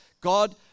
God